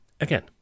Again